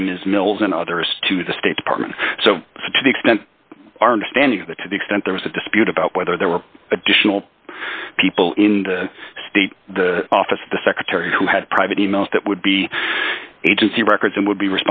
by ms mills and others to the state department so to the extent our understanding of the to the extent there was a dispute about whether there were additional people in the state the office of the secretary who had private e mails that would be agency records and would be